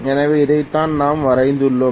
எனவே இதைத்தான் நாம் வரைந்துள்ளோம்